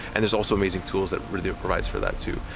and there's also amazing tools that really provides for that too.